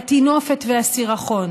הטינופת והסירחון.